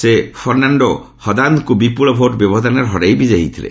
ସେ ଫର୍ଷ୍ଣାଣ୍ଡୋ ହଦାଦ୍ଙ୍କୁ ବିପୁଳ ଭୋଟ୍ ବ୍ୟବଧାନରେ ହରାଇ ବିଜୟୀ ହୋଇଥିଲେ